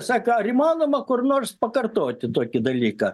sako ar įmanoma kur nors pakartoti tokį dalyką